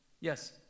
Yes